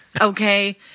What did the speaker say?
okay